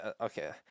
Okay